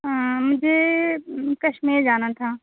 ہاں مجھے کشمیر جانا تھا